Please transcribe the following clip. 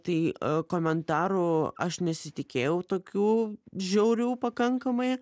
tai komentarų aš nesitikėjau tokių žiaurių pakankamai